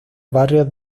barrios